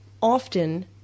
often –